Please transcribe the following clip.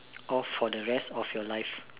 off for the rest of your life